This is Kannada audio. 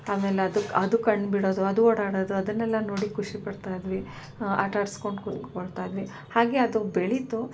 ಆಮೇಲೆ ಅದಕ್ಕೆ ಅದು ಕಣ್ಣು ಬಿಡೋದು ಅದು ಓಡಾಡೋದು ಅದನ್ನೆಲ್ಲ ನೋಡಿ ಖುಷಿ ಪಡ್ತಾಯಿದ್ವಿ ಆಟ ಆಡ್ಸಿಕೊಂಡ್ ಕುತ್ಕೊಳ್ತಾಯಿದ್ವಿ ಹಾಗೆ ಅದು ಬೆಳೀತು